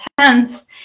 intense